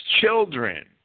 children